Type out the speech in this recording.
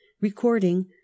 Recording